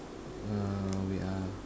uh wait ah